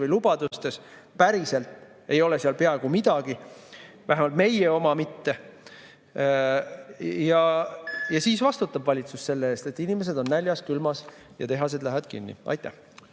või lubadustes. Päriselt ei ole seal peaaegu midagi, vähemalt meie oma mitte. Ja siis vastutab valitsus selle eest, et inimesed on näljas, külmas ja tehased lähevad kinni. Aitäh!